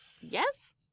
Yes